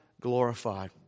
glorified